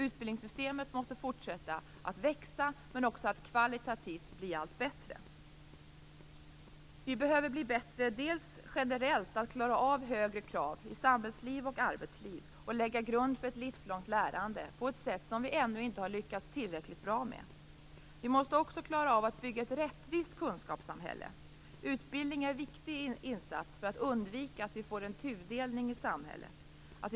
Utbildningssystemet måste fortsätta att växa, men också att kvalitativt bli allt bättre. Vi behöver bli bättre generellt och klara allt högre krav i samhällsliv och arbetsliv, och lägga en grund för ett livslångt lärande på ett sätt som vi ännu inte har lyckats tillräckligt bra med. Vi måste också klara av att bygga ett rättvist kunskapssamhälle. Utbildning är en viktig insats för att undvika en tudelning i samhället.